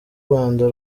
rwanda